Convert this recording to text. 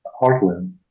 heartland